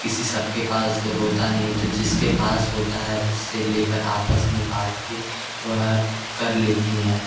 किसी सब के पास होता नहीं है तो जिसके पास होता है उससे ले कर आपस में बाँट के वह कर लेती हैं